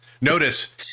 Notice